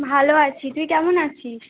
ভালো আছি তুই কেমন আছিস